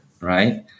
right